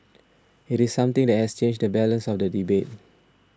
it is something that has changed the balance of the debate